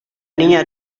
niña